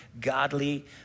godly